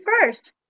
first